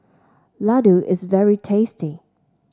Laddu is very tasty